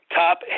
top